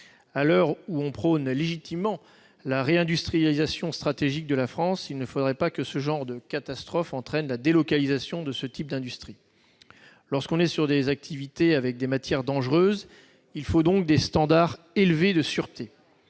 À l'heure où l'on prône légitimement la réindustrialisation stratégique de la France, il ne faudrait pas que ce genre de catastrophe entraîne la délocalisation de ces industries. Dans le cas d'activités impliquant des matières dangereuses, il faut donc des standards élevés de sûreté.